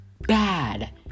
bad